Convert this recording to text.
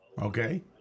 Okay